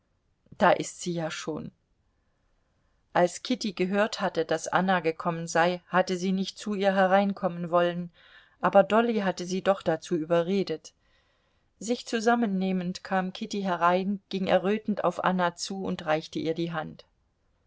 da ist sie ja schon als kitty gehört hatte daß anna gekommen sei hatte sie nicht zu ihr hereinkommen wollen aber dolly hatte sie doch dazu überredet sich zusammennehmend kam kitty herein ging errötend auf anna zu und reichte ihr die hand